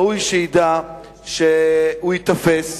ראוי שידע שהוא ייתפס,